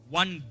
one